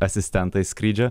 asistentais skrydžio